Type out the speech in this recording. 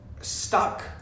stuck